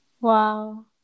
Wow